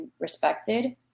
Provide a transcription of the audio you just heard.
respected